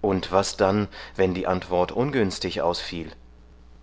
und was dann wenn die antwort ungünstig ausfiel